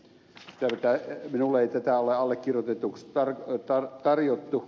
minulle ei tätä ole allekirjoitettavaksi tarjottu